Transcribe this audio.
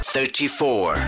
Thirty-four